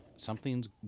Something's